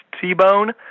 T-Bone